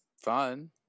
fun